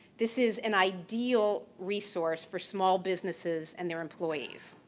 this is an ideal resource for small businesses and their employees.